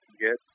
get